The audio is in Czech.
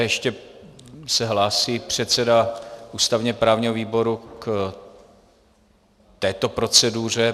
Ještě se hlásí předseda ústavněprávního výboru k této proceduře.